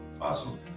Awesome